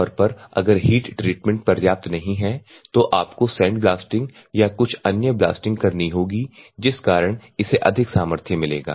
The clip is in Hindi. आम तौर पर अगर हीट ट्रीटमेंट पर्याप्त नहीं है तो आपको सैंड ब्लास्टिंग या कुछ अन्य ब्लास्टिंग करनी होगी जिस कारण इसे अधिक सामर्थ्य मिलेगा